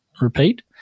Repeat